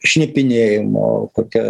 šnipinėjimo kokia